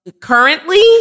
currently